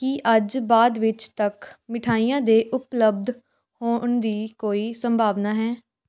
ਕੀ ਅੱਜ ਬਾਅਦ ਵਿੱਚ ਤੱਕ ਮਿਠਾਈਆਂ ਦੇ ਉਪਲਬਧ ਹੋਣ ਦੀ ਕੋਈ ਸੰਭਾਵਨਾ ਹੈ